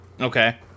okay